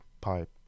pipe